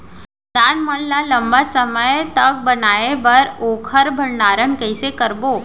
दाल मन ल लम्बा समय तक बनाये बर ओखर भण्डारण कइसे रखबो?